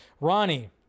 Ronnie